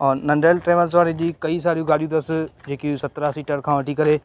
और नंदन ट्रेविल्स वारे जी कई सारी गाॾियूं अथस जेकियूं सत्रहं सीटर खां वठी करे